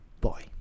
Bye